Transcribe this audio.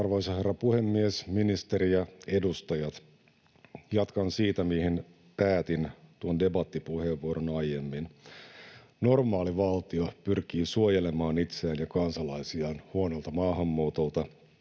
Arvoisa herra puhemies, ministeri ja edustajat! Jatkan siitä, mihin päätin tuon debattipuheenvuoroni aiemmin. Normaali valtio pyrkii suojelemaan itseään ja kansalaisiaan huonolta maahanmuutolta,